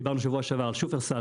דיברנו שבוע שעבר על שופרסל,